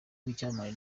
w’icyamamare